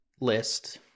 list